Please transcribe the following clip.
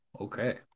okay